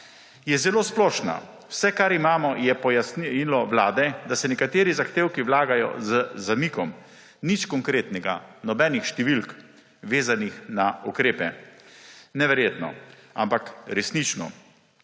je zelo splošna, vse, kar imamo, je pojasnilo Vlade, da se nekateri zahtevki vlagajo z zamikom. Nič konkretnega, nobenih številk, vezanih na ukrepe. Neverjetno, ampak resnično!